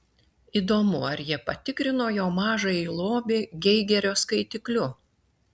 įdomu ar jie patikrino jo mažąjį lobį geigerio skaitikliu